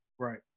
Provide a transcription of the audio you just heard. Right